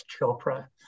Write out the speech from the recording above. Chopra